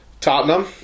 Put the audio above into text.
Tottenham